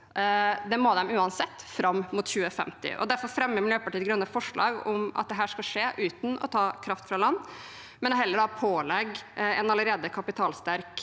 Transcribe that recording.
Det må de uansett fram mot 2050. Derfor fremmer Miljøpartiet De Grønne forslag om at dette skal skje uten å ta kraft fra land, men heller pålegge en allerede kapitalsterk